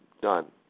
done